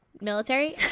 military